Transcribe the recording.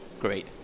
great